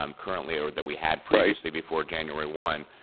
um currently or that we had previously before january one.